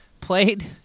played